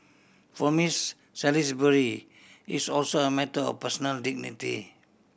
for Miss Salisbury it's also a matter or personal dignity